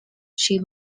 she